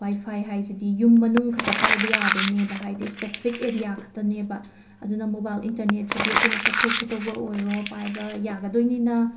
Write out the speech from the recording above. ꯋꯥꯏ ꯐꯥꯏ ꯍꯥꯏꯁꯤꯗꯤ ꯌꯨꯝ ꯃꯅꯨꯡ ꯈꯛꯇ ꯄꯥꯏꯕ ꯌꯥꯗꯣꯏꯅꯦꯕ ꯍꯥꯏꯗꯤ ꯁ꯭ꯄꯦꯁꯤꯐꯤꯛ ꯑꯦꯔꯤꯌꯥꯈꯠꯇꯅꯦꯕ ꯑꯗꯨꯅ ꯃꯣꯕꯥꯏꯜ ꯏꯟꯇꯔꯅꯦꯠꯁꯤꯗꯤ ꯑꯩꯈꯣꯏꯅ ꯆꯠꯊꯣꯛ ꯈꯣꯇꯣꯛꯄ ꯑꯣꯏꯔꯣ ꯄꯥꯏꯕ ꯌꯥꯒꯗꯣꯏꯅꯤꯅ